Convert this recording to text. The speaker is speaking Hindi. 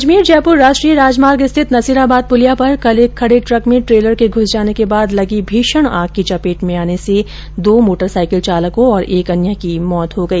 अजमेर जयपुर राष्ट्रीय राजमार्ग स्थित नसीराबाद पुलिया पर कल एक खड़े ट्रक में ट्रेलर के घुस जाने के बाद लगी भीषण आग की चपेट में आने से दो मोटरसाइकिल चालकों और एक अन्य की की मौत हो गई